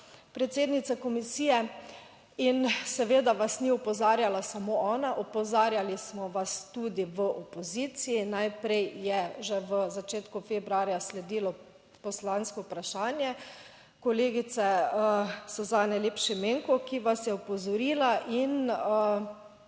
predsednice komisije. In seveda vas ni opozarjala samo ona, opozarjali smo vas tudi v opoziciji. Najprej je že v začetku februarja sledilo poslansko vprašanje kolegice Suzane Lep Šimenko, ki vas je opozorila in